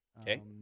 Okay